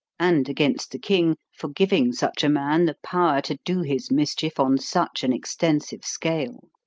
and against the king for giving such a man the power to do his mischief on such an extensive scale.